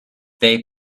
they